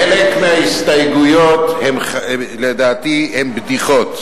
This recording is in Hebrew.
חלק מההסתייגויות לדעתי הן בדיחות.